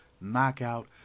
Knockout